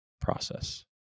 process